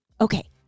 okay